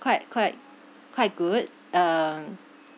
quite quite quite good um